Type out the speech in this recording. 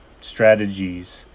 strategies